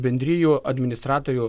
bendrijų administratorių